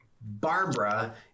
Barbara